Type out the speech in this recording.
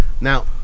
Now